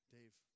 Dave